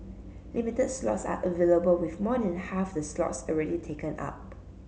limited slots are available with more than half the slots already taken up